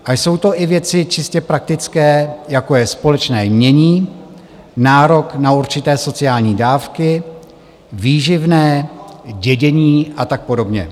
A jsou to i věci čistě praktické, jako je společné jmění, nárok na určité sociální dávky, výživné, dědění a tak podobně.